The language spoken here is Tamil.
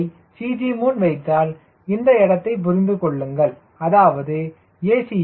யை CG முன் வைத்தால் இந்த இடத்தை புரிந்துகொள்ளுங்கள் அதாவது a